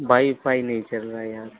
wifi नहीं चल रहा है यहाँ